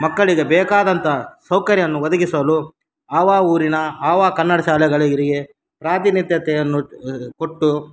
ಮಕ್ಕಳಿಗೆ ಬೇಕಾದಂಥ ಸೌಕರ್ಯವನ್ನು ಒದಗಿಸಲು ಆಯಾ ಊರಿನ ಆಯಾ ಕನ್ನಡ ಶಾಲೆಗಳಿಗರಿಗೇ ಪ್ರಾತಿನಿಧ್ಯತೆಯನ್ನು ಕೊಟ್ಟು